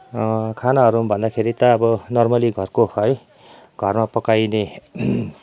खानाहरूमा भन्दाखेरि त अब नर्मल्ली घरको है घरमा पकाइने